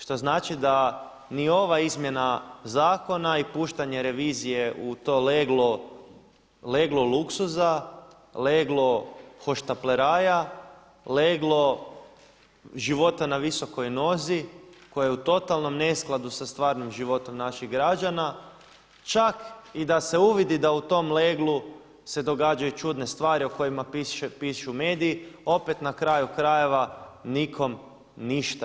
Što znači da ni ova izmjena zakona i puštanje revizije u to leglo luksuza, leglo hohštapleraja, leglo života na visokoj nozi koje je u totalnom neskladu sa stvarnim životom naših građana čak i da se uvidi da u tom leglu se događaju čudne stvari o kojima pišu mediji opet na kraju krajeva nikom ništa.